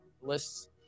lists